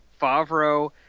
Favreau